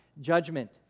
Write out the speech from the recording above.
judgment